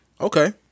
Okay